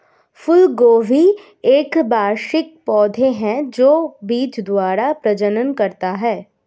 फूलगोभी एक वार्षिक पौधा है जो बीज द्वारा प्रजनन करता है